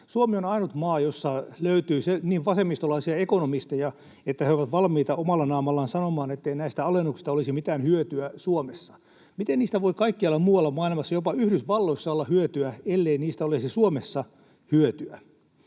Suomi on ainut maa, jossa löytyy niin vasemmistolaisia ekonomisteja, että he ovat valmiita omalla naamallaan sanomaan, ettei näistä alennuksista olisi mitään hyötyä Suomessa. Miten niistä voi kaikkialla muualla maailmassa, jopa Yhdysvalloissa, olla hyötyä, ellei niistä olisi Suomessa hyötyä?